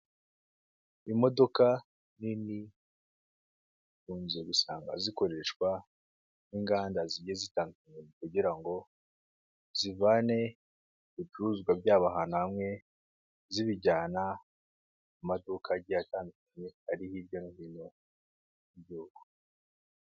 Imodoka nini ukunze gusanga zikoreshwa n'inganda zigiye zitandukanye kugira ngo zivane ibicuruzwa byabo ahantu hamwe zibijyana mu maduka agiye atandukanye ari hirya no hino mu gihugu.